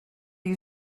you